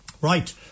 right